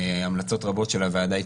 המלצות רבות של הוועדה התקבלו.